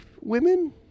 women